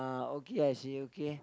are okay I see okay